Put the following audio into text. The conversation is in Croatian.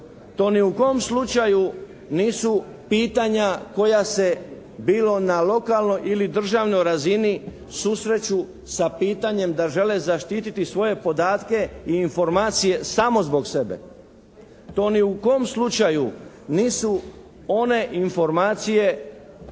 To ni u kom slučaju nisu pitanja koja se bilo na lokalnoj ili državnoj razini susreću sa pitanjem da žele zaštiti svoje podatke i informacije samo zbog sebe. To ni u kom slučaju nisu one informacije